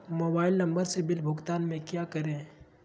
Mobile number से bill भुगतान में क्या करें?